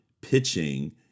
pitching